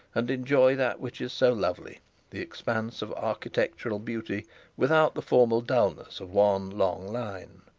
and enjoy that which is so lovely the expanse of architectural beauty without the formal dullness of one long line.